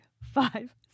five